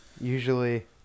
usually